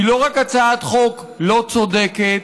היא לא רק הצעת חוק לא צודקת,